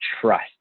trust